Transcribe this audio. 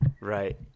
Right